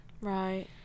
Right